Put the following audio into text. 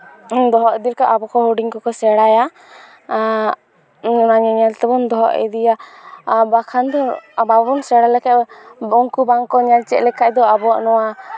ᱫᱚᱦᱚ ᱤᱫᱤ ᱞᱮᱠᱷᱟᱡ ᱟᱵᱚ ᱠᱷᱚᱡ ᱦᱩᱰᱤᱧ ᱠᱚᱠᱚ ᱥᱮᱬᱟᱭᱟ ᱚᱱᱟ ᱧᱮᱞ ᱛᱮᱵᱚᱱ ᱫᱚᱦᱚ ᱤᱫᱤᱭᱟ ᱟᱨ ᱵᱟᱠᱷᱟᱱ ᱫᱚ ᱵᱟᱵᱚᱱ ᱥᱮᱬᱟ ᱞᱮᱠᱷᱟᱡ ᱩᱱᱠᱩ ᱵᱟᱝᱠᱚ ᱧᱮᱞ ᱪᱮᱫ ᱞᱮᱠᱷᱟᱡ ᱫᱚ ᱟᱵᱚᱣᱟᱜ ᱱᱚᱣᱟ